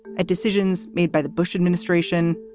ah decisions made by the bush administration.